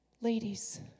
Ladies